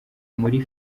muri